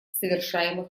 совершаемых